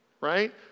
right